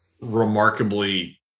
remarkably